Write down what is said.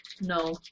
No